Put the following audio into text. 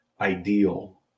ideal